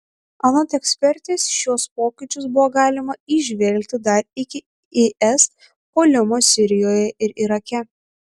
anot ekspertės šiuos pokyčius buvo galima įžvelgti dar iki is puolimo sirijoje ir irake